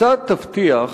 כיצד תבטיח